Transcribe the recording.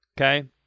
Okay